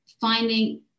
finding